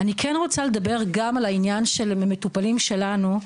אני כן רוצה לדבר גם על העניין של מטופלים שלנו,